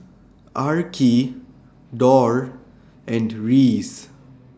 Arkie Dorr and Reece